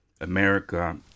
America